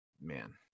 man